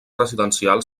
residencial